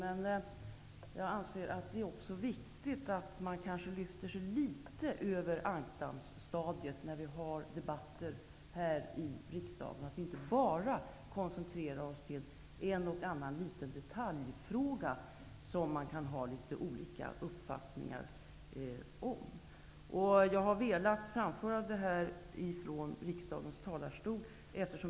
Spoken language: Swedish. Men jag anser att det är viktigt att man lyfter sig litet över ankdammsstadiet när vi har debatter här i riksdagen, att vi inte bara koncentrerar oss på en och annan detaljfråga, där man kan ha olika uppfattningar. Jag har velat framföra detta från riksdagens talarstol.